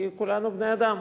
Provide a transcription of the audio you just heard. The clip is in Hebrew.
כי כולנו בני-אדם.